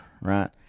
right